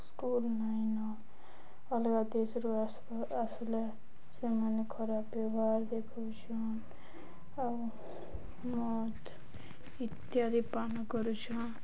school ନାଇଁନ ଅଲଗା ଦେଶରୁ ଆସ ଆସିଲେ ସେମାନେ ଖରାପ ବ୍ୟବହାର ଦେଖଉଛନ୍ ଆଉ ମଦ୍ ଇତ୍ୟାଦି ପାନ କରୁଛନ୍